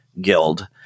guild